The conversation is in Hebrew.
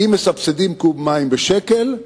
אם מסבסדים קוב מים בשקל,